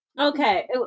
Okay